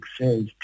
says